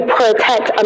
protect